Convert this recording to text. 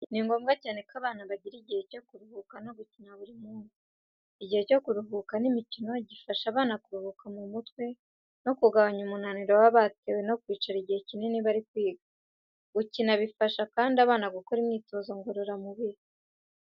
Ni ngombwa cyane ko abana bagira igihe cyo kuruhuka no gukina buri munsi. Igihe cyo kuruhuka n'imikino gifasha abana kuruhuka mu mutwe no kugabanya umunaniro baba batewe no kwicara igihe kinini bari kwiga. Gukina bifasha kandi abana gukora imyitozo ngororamubiri.